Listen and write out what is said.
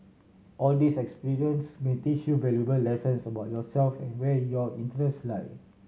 all these experience may teach you valuable lessons about yourself and where your interest lie